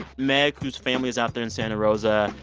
meg, whose family is out there in santa rosa.